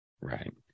Right